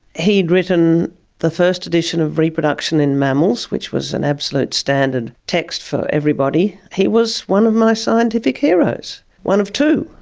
he'd written the first edition of reproduction in mammals, which was an absolute standard text for everybody. he was one of my scientific heroes, one of two,